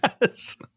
Yes